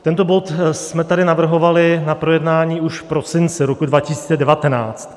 Tento bod jsme tady navrhovali na projednání už v prosinci roku 2019.